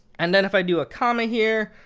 and then if i do a comma here,